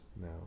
now